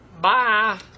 Bye